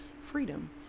freedom